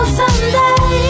someday